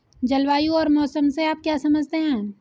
जलवायु और मौसम से आप क्या समझते हैं?